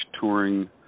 touring